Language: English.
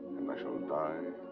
and i shall die.